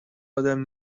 ادم